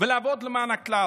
ולעבוד למען הכלל.